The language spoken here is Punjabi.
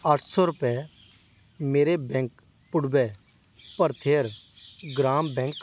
ਅੱਠ ਸੌ ਰੁਪਏ ਮੇਰੇ ਬੈਂਕ ਪੁਡੁਵੈ ਭਰਥਿਅਰ ਗ੍ਰਾਮ ਬੈਂਕ